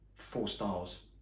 four stars,